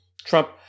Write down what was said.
Trump